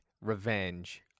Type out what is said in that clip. revenge